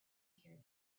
hear